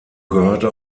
gehörte